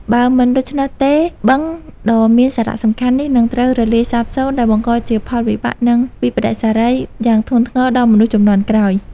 បើមិនដូច្នោះទេ បឹងដ៏មានសារៈសំខាន់នេះនឹងត្រូវរលាយសាបសូន្យ ដែលបង្កជាផលវិបាក និងវិប្បដិសារីយ៉ាងធ្ងន់ធ្ងរដល់មនុស្សជំនាន់ក្រោយ។